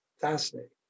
Fascinating